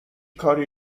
کاری